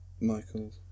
Michael